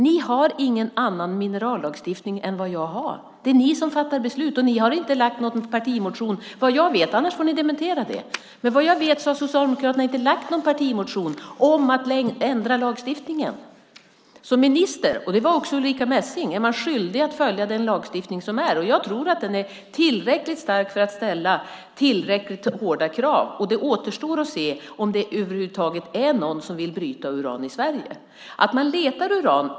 Ni har ingen annan minerallagstiftning än vad jag har. Det är ni som fattar beslut, och ni har inte lagt fram någon partimotion vad jag vet - annars får ni dementera det. Men vad jag vet har Socialdemokraterna inte lagt fram någon partimotion om att ändra lagstiftningen. Som minister - det var också Ulrica Messing - är man skyldig att följa den lagstiftning som finns, och jag tror att den är tillräckligt stark för att ställa tillräckligt hårda krav. Det återstår att se om det över huvud taget är någon som vill bryta uran i Sverige. Man letar uran.